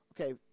Okay